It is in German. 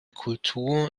kultur